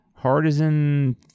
Hardison